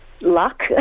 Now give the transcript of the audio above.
luck